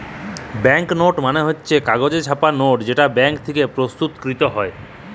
bank note মালে হচ্ছ কাগজে ছাপা লোট যেটা ব্যাঙ্ক থেক্যে প্রস্তুতকৃত হ্যয়